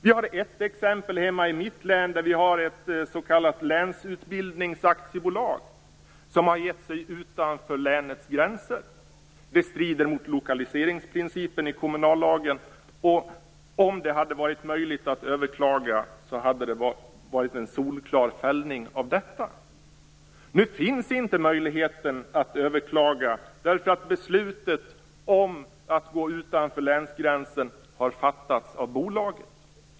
Vi har ett exempel hemma i mitt län. Där har vi ett s.k. länsutbildningsaktiebolag som har gett sig utanför länets gränser. Det strider mot lokaliseringsprincipen i kommunallagen. Om det hade varit möjligt att överklaga hade det blivit en solklar fällning av detta. Nu finns inte möjligheten att överklaga, därför att beslutet om att gå utanför länsgränsen har fattats av bolaget.